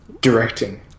Directing